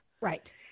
Right